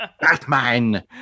Batman